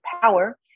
power